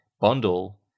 bundle